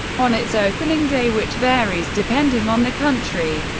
on its opening day, which varies depending on the country,